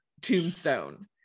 tombstone